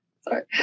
Sorry